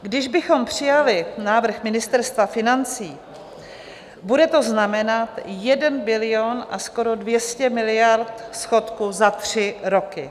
Kdybychom přijali návrh Ministerstva financí, bude to znamenat 1 bilion a skoro 200 miliard schodku za tři roky.